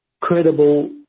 credible